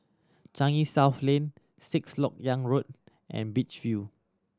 Changi South Lane Sixth Lok Yang Road and Beach View